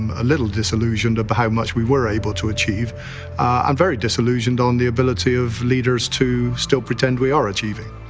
a little disillusioned by how much we were able to achieve and very disillusioned on the ability of leaders to still pretend we are achieving.